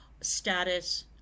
status